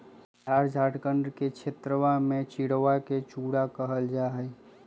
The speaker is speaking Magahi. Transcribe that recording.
बिहार झारखंड के क्षेत्रवा में चिड़वा के चूड़ा कहल जाहई